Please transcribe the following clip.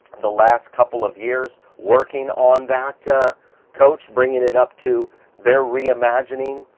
the last couple of years working on that coach bringing it up to their re-imagining.